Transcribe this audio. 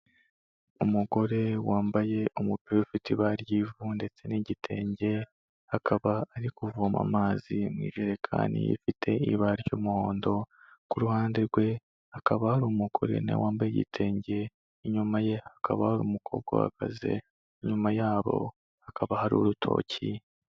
Umugore wambaye umupira ufite ibara ry'ivu ndetse n'igitenge, akaba ari kuvoma amazi mu ijerekani ifite ibara ry'umuhondo, ku ruhande rwe hakaba hari umugore na we wambaye igitenge, inyuma ye hakaba hari umukobwa uhagaze, inyuma yabo hakaba hari urutoki.